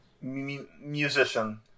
musician